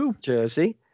Jersey